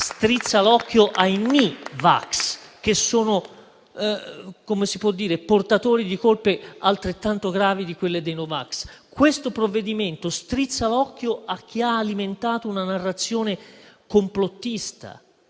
strizza l'occhio ai ni vax, che sono portatori di colpe altrettanto gravi di quelle dei no vax. Questo provvedimento strizza l'occhio a chi ha alimentato una narrazione complottista.